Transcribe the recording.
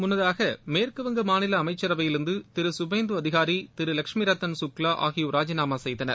முன்னதாக மேற்குவங்க மாநில அளமச்சரவையிலிருந்து திரு சுபேந்து அதிகாரி திரு லஷ்மிரத்தன் சுக்லா ஆகியோர் ராஜினாமா செய்தனர்